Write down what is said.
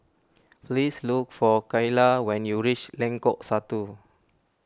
please look for Kyla when you reach Lengkok Satu